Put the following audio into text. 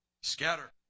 Scatter